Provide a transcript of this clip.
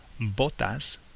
botas